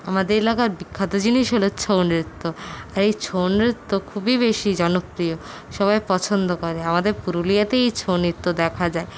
আমাদের এলাকার বিখ্যাত জিনিস হল ছৌ নৃত্য এই ছৌ নৃত্য খুবই বেশি জনপ্রিয় সবাই পছন্দ করে আমাদের পুরুলিয়াতেই এই ছৌ নৃত্য দেখা যায়